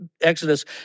Exodus